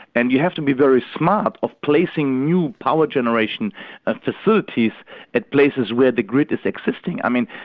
and you have to be very smart of placing new power generation and facilities at places where the grid is existing. i mean,